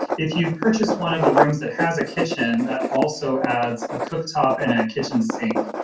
if you've purchased one of the rooms that has a kitchen that also adds a cooktop and a kitchen sink,